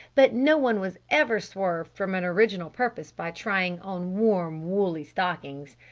but no one was ever swerved from an original purpose by trying on warm, woolly stockings.